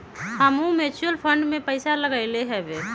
हमहुँ mutual fund में पइसा लगइली हबे